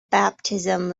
baptism